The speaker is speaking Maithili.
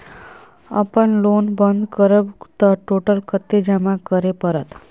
अपन लोन बंद करब त टोटल कत्ते जमा करे परत?